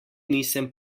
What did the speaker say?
nisem